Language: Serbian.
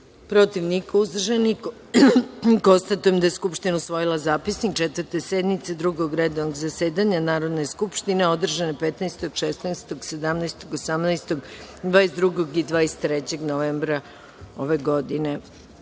protiv – niko, uzdržanih – nema. Konstatujem da je Skupština usvojila Zapisnik Četvrte sednice Drugog redovnog zasedanja Narodne skupštine održane 15, 16, 17, 18, 22. i 23. novembra ove godine. Uz